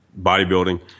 bodybuilding